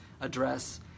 address